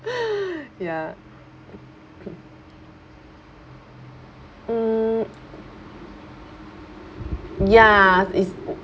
ya mm ya it's